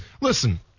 listen